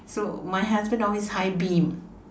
so my husband always high beam